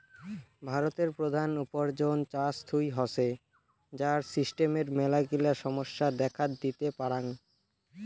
ভারতের প্রধান উপার্জন চাষ থুই হসে, যার সিস্টেমের মেলাগিলা সমস্যা দেখাত দিতে পারাং